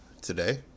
today